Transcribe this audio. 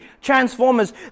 Transformers